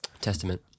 testament